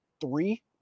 three